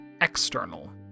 external